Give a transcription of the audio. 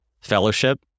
fellowship